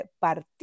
partir